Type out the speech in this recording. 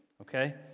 okay